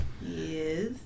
Yes